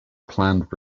planned